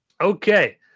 Okay